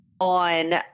on